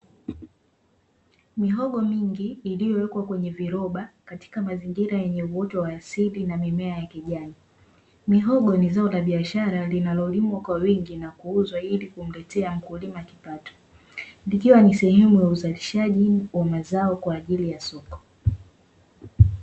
Mihogo mingi, iliyowekwa kwenye viroba katika mazingira yenye uoto wa asili na mimea ya kijani. Mihogo ni zao la biashara, linalolimwa kwa wingi na kuuzwa ili kumletea mkulima kipato, likiwa ni sehemu ya uzalishaji wa mazao kwa ajili ya soko.